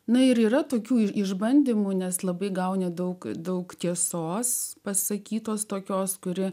na ir yra tokių išbandymų nes labai gauni daug daug tiesos pasakytos tokios kuri